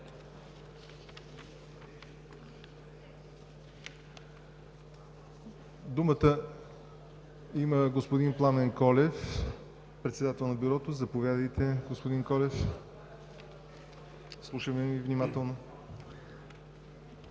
Думата има господин Пламен Колев – председател на Бюрото. Заповядайте, господин Колев, слушаме Ви внимателно.